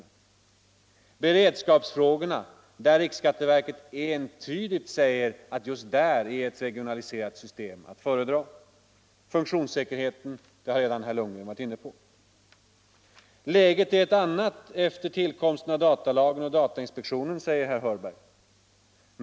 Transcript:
Vad sedan beredskapsfrågorna beträffar har riksskatteverket entydigt sagt att just där är ett regionaliserat system att föredra. Funktionssäkerheten har herr Lundgren i Kristianstad redan varit inne på. Läget är ett annat efter tillkomsten av datalagen och datainspektionen, säger herr Hörberg.